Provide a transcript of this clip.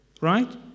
Right